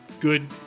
good